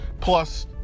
plus